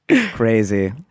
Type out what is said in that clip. Crazy